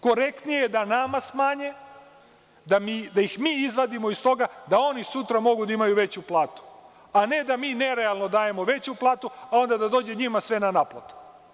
Korektnije je da nama smanje, da ih mi izvadimo iz toga, da oni sutra mogu da imaju veću platu, a ne da mi nerealno dajemo veću platu, a onda da dođe njima sve na naplatu.